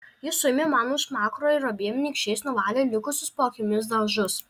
jis suėmė man už smakro ir abiem nykščiais nuvalė likusius po akimis dažus